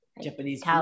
Japanese